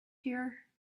here